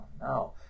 no